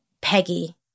Peggy